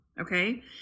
okay